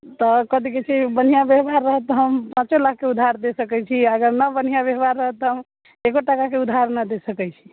तऽ कथी कहैत छै बढ़िआँ व्यवहार रहत तऽ हम पाँचो लाखके उधार दे सकैत छी अगर नहि बढ़िआँ व्यवहार रहत तऽ एकोगो टाकाके उधार नहि दे सकैत छी